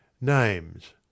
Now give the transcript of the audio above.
Names